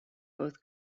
both